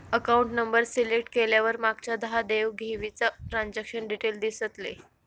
account number select केल्यावर मागच्या दहा देव घेवीचा ट्रांजॅक्शन डिटेल दिसतले